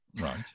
Right